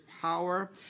power